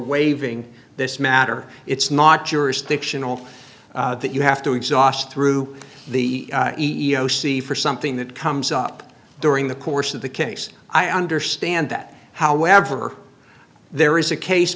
waiving this matter it's not jurisdictional that you have to exhaust through the e e o c for something that comes up during the course of the case i understand that however there is a case